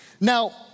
Now